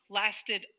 lasted